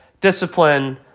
discipline